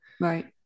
Right